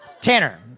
Tanner